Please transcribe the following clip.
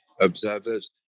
observers